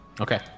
Okay